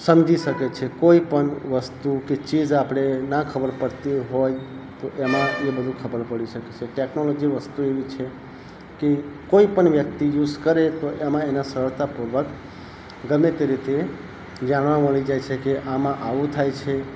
સમજી શકે છે કોઈ પણ વસ્તુ કે ચીજ આપણે ના ખબર પડતી હોય તો એમાં એ બધું ખબર પડી શકશે ટેકનોલોજી વસ્તુ એવી છે કે કોઈ પણ વ્યક્તિ યુસ કરે તો એમાં એના સરળતાપૂર્વક ગમે તે રીતે જાણવા મળી જાય છે કે આમાં આવું થાય છે